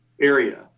area